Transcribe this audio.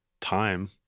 time